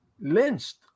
lynched